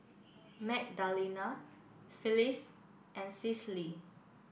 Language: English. Magdalena Phyllis and Cicely